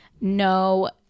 no